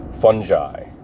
fungi